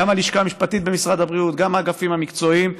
גם הלשכה המשפטית במשרד הבריאות וגם האגפים המקצועיים.